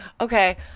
okay